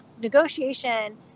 negotiation